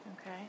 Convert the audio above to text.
Okay